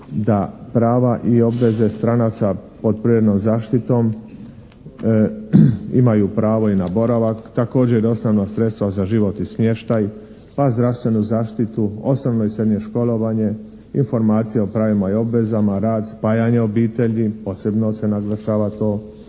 da prava i obveze stranaca pod … /Govornik se ne razumije./ … zaštitom imaju pravo i na boravak, također i osnovna sredstva za život i smještaj pa zdravstvenu zaštitu, osnovno i srednje školovanje, informacije o pravima i obvezama. Rad, spajanje obitelji posebno se naglašava to,